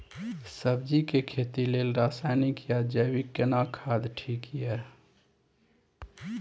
सब्जी के खेती लेल रसायनिक या जैविक केना खाद ठीक ये?